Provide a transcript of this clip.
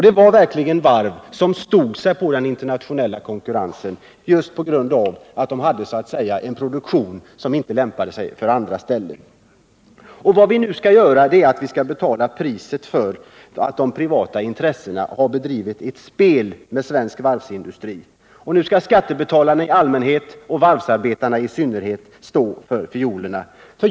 Det var verkligen varv som stod sig i den internationella konkurrensen, just därför att de hade en produktion som andra inte hade samma förutsättningar för. Vad vi nu skall göra är att betala priset för att de privata intressena har bedrivit ett spel med svensk varvsindustri. Nu skall skattebetalarna i allmänhet och varvsarbetarna i synnerhet stå för fiolerna.